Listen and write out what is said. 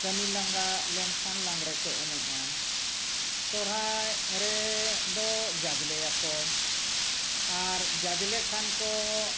ᱠᱟᱹᱢᱤ ᱞᱟᱸᱜᱟ ᱞᱮᱱᱠᱷᱟᱱ ᱞᱟᱜᱽᱬᱮ ᱠᱚ ᱮᱱᱮᱡᱼᱟ ᱥᱚᱦᱨᱟᱭ ᱨᱮ ᱫᱚ ᱡᱟᱡᱽᱞᱮᱭᱟᱠᱚ ᱟᱨ ᱡᱟᱡᱽᱞᱮ ᱠᱷᱟᱱ ᱠᱚ